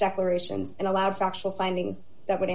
declarations and allowed factual findings that would